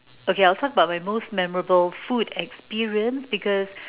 okay I talk about my most memorable food experience because